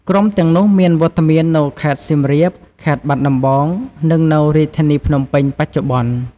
ក្រុមទាំងនោះមានវត្តមាននៅខេត្តសៀមរាប ខេត្តបាត់ដំបង និងនៅរាជធានីភ្នំពេញបច្ចុប្បន្ន ។